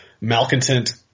malcontent